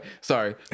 sorry